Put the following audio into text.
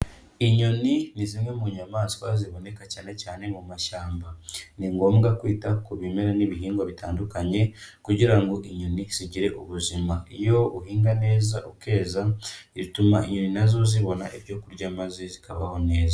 Inyoni ni zimwe mu nyamaswa ziboneka cyane cyane mu mashyamba. Ni ngombwa kwita ku bimera n'ibihingwa bitandukanye kugira ngo inyoni zigire ubuzima. Iyo uhinga neza ukeza, bituma inyoni nazo zibona ibyo kurya maze zikabaho neza.